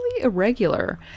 irregular